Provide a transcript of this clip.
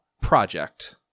project